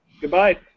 Goodbye